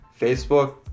Facebook